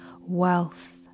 wealth